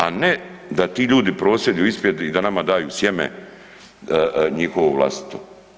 A ne da ti ljudi prosvjeduju ispred i da nama daju sjeme njihovo vlastito.